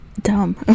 dumb